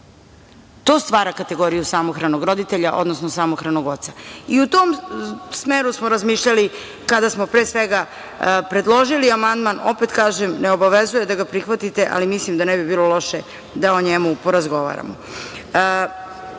To stvara kategoriju samohranog roditelja, odnosno samohranog oca i u tom smeru smo razmišljali kada smo, pre svega, predložili amandman. Opet kažem, ne obavezuje da ga prihvatite, ali mislim da ne bi bilo loše da o njemu porazgovaramo. Advokati